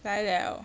来 liao